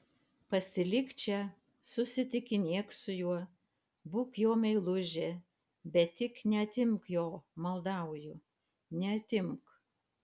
pasilik čia susitikinėk su juo būk jo meilužė bet tik neatimk jo maldauju neatimk